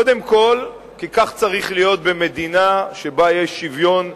קודם כול כי כך צריך להיות במדינה שבה יש שוויון זכויות,